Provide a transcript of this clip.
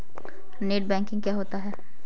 Net banking क्या होता है?